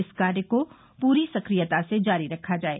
इस कार्य को पूरी सक्रियता से जारी रखा जाये